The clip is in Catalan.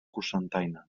cocentaina